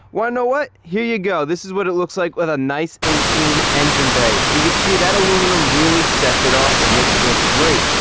want know what here you go? this is what it looks like what a nice and clean engine bay you can see that aluminum really sets it off it makes it look great,